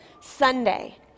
Sunday